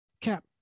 Cap